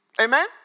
Amen